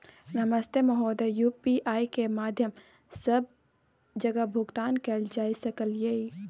नमस्ते महोदय, यु.पी.आई के माध्यम सं सब जगह भुगतान कैल जाए सकल ये?